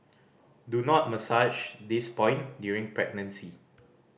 do not massage this point during pregnancy